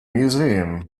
museum